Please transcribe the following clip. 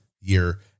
year